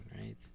right